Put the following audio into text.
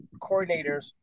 coordinators